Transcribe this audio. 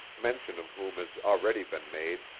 mention of whom has already been made,